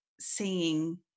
seeing